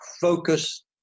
focus